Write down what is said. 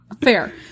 fair